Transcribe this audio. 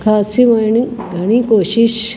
खासी वरणी घणी कोशिश